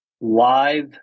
live